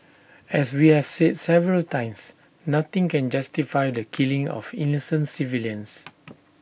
as we have said several times nothing can justify the killing of innocent civilians